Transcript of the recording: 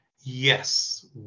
yes